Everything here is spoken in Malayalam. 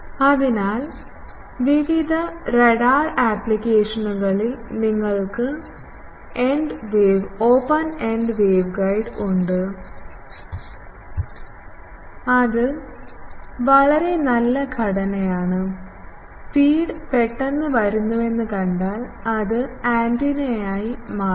അതിനാൽ വിവിധ റഡാർ ആപ്ലിക്കേഷനുകളിൽ നിങ്ങൾക്ക് ഓപ്പൺ എൻഡ് വേവ്ഗൈഡ് ഉണ്ട് അത് വളരെ നല്ല ഘടനയാണ് ഫീഡ് പെട്ടെന്ന് വരുന്നുവെന്ന് കണ്ടാൽ അത് ആന്റിനയായി മാറുന്നു